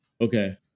okay